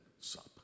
sup